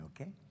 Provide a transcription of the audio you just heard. okay